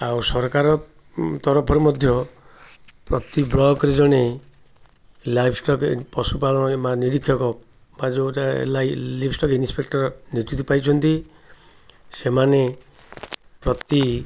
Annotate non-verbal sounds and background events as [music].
ଆଉ ସରକାର ତରଫରୁ ମଧ୍ୟ ପ୍ରତି ବ୍ଲକରେ ଜଣେ ଲାଇଫ୍ ଷ୍ଟକ୍ ପଶୁପାଳନ ବା ନିରୀକ୍ଷକ ବା ଯେଉଁଟା [unintelligible] ଷ୍ଟକ୍ ଇନ୍ସପେକ୍ଟର ନିଯୁକ୍ତି ପାଇଛନ୍ତି ସେମାନେ ପ୍ରତି